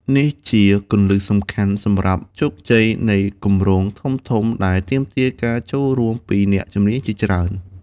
នេះជា គន្លឹះសំខាន់សម្រាប់ជោគជ័យនៃគម្រោងធំៗដែលទាមទារការចូលរួមពីអ្នកជំនាញជាច្រើន។